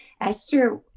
esther